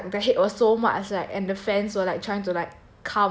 then after that like the hate was so much like and the fans were like trying to like